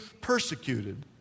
persecuted